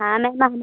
हाँ मैम हम